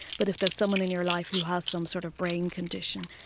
but if there's someone in your life who has some sort of brain condition.